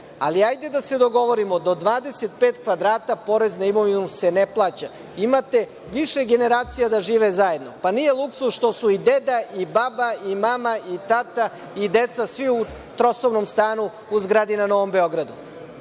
ali hajde da se dogovorimo do 25 kvadrata porez na imovinu se ne plaća. Imate više generacija da žive zajedno, pa nije luksuz što su i deda i baba i mama i tata i deca svi u trosobnom stanu u zgradi na Novom Beogradu,